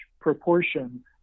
proportion